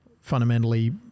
fundamentally